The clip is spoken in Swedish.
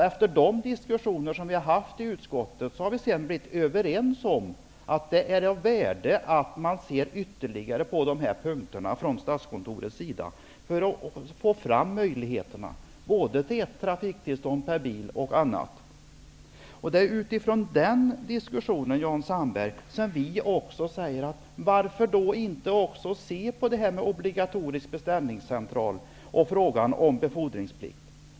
Efter de diskussioner som vi har haft i utskottet har vi kommit överens om att det är av värde att Statskontoret ser ytterligare på de här punkterna, för att skapa möjligheter att införa en regel om ett trafiktillstånd per bil m.m. Det är utifrån den diskussionen, Jan Sandberg, som vi säger att vi också skulle kunna överväga förslagen om obligatorisk beställningscentral och befordringsplikt.